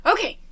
Okay